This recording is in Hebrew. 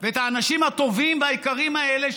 ואת האנשים הטובים והיקרים האלה,